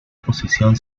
posición